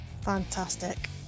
fantastic